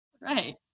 Right